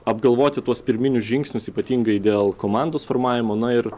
apgalvoti tuos pirminius žingsnius ypatingai dėl komandos formavimo na ir